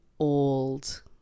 old